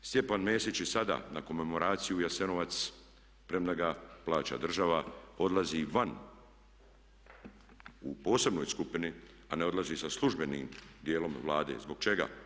Stjepan Mesić i sada na komemoraciju u Jasenovac premda ga plaća država odlazi van u posebnoj skupini a ne odlazi sa službenim djelom Vlade, zbog čega?